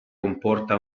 comporta